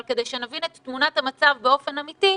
אבל כדי שנבין את תמונת המצב באופן אמתי,